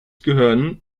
gehören